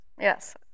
yes